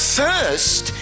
first